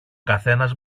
καθένας